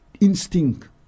instinct